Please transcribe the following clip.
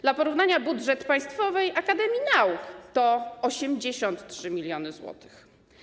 Dla porównania budżet Państwowej Akademii Nauk to 83 mln zł.